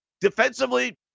defensively